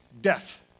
death